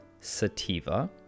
sativa